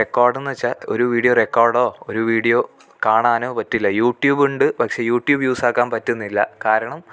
റെക്കോഡെന്ന് വെച്ചാൽ ഒരു വീഡിയോ റെക്കോഡോ ഒരു വീഡിയൊ കാണാനോ പറ്റില്ല യൂട്യൂബൊണ്ട് പക്ഷേ യൂട്യൂബ് യൂസ്സാക്കാൻ പറ്റുന്നില്ല കാരണം